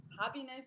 happiness